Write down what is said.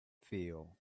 feel